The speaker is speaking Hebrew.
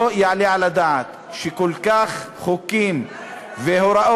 לא יעלה על הדעת חוקים והוראות